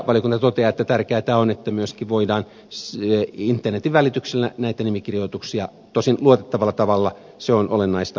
valiokunta toteaa että tärkeätä on että myöskin internetin välityksellä näitä nimikirjoituksia voidaan kerätä tosin luotettavalla tavalla se on olennaista